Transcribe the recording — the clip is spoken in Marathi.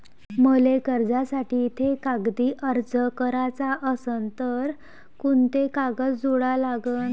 मले कर्जासाठी थे कागदी अर्ज कराचा असन तर कुंते कागद जोडा लागन?